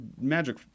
magic